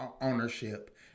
ownership